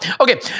Okay